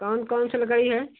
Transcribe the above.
कौन कौन सी लकड़ी हैं